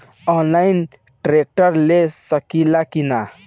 Online tractor ले सकीला कि न?